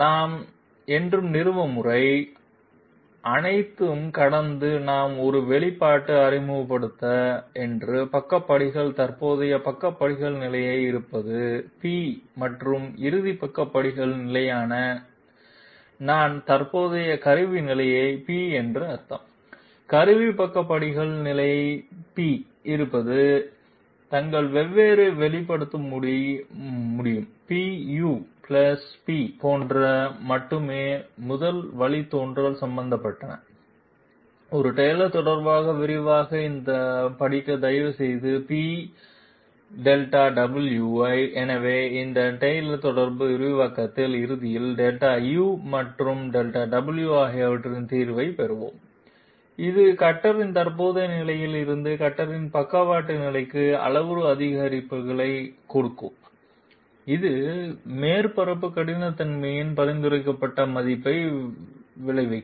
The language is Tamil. நாம் என்று நிறுவ முறை அனைத்து கடந்த நாம் ஒரு வெளிப்பாடு அறிமுகப்படுத்த என்று பக்க படிகள் தற்போதைய பக்க படிகள் நிலையை இருப்பது P மற்றும் இறுதி பக்க படிகள் நிலையை நான் தற்போதைய கருவி நிலையை p என்று அர்த்தம் கருவி பக்க படிகள் நிலையை p இருப்பது தங்கள் வெவ்வேறு வெளிப்படுத்த முடியும் P u P போன்ற மட்டுமே முதல் வழித்தோன்றல் சம்பந்தப்பட்ட ஒரு டெய்லர் தொடர் விரிவாக்கம் இந்த படிக்க தயவு செய்து P Δw எனவே இந்த டெய்லர் தொடர் விரிவாக்கத்தில் இறுதியில் Δu மற்றும் Δw ஆகியவற்றின் தீர்வைப் பெறுவோம் இது கட்டரின் தற்போதைய நிலையில் இருந்து கட்டரின் பக்கவாட்டு நிலைக்கு அளவுரு அதிகரிப்புகளைக் கொடுக்கும் இது மேற்பரப்பு கடினத்தன்மையின் பரிந்துரைக்கப்பட்ட மதிப்பை விளைவிக்கும்